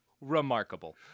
remarkable